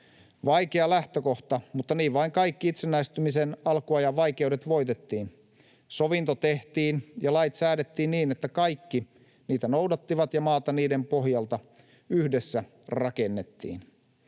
Vaikea lähtökohta, mutta niin vain kaikki itsenäistymisen alkuajan vaikeudet voitettiin. Sovinto tehtiin ja lait säädettiin niin, että kaikki niitä noudattivat, ja maata niiden pohjalta yhdessä rakennettiin.